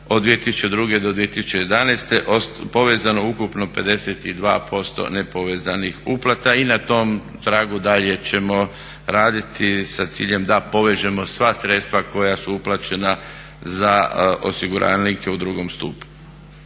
od 2002. do 2011. povezano ukupno 52% nepovezanih uplata. I na tom tragu dalje ćemo raditi sa ciljem da povežemo sva sredstva koja su uplaćena za osiguranike u 2. stupu.